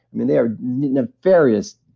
i mean, they're a nefarious,